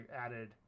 added